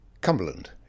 Cumberland